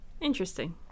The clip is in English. Interesting